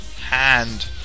hand